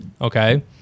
Okay